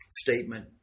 statement